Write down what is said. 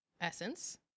Essence